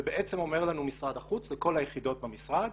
ובעצם אומר לנו משרד החוץ, לכל היחידות במשרד,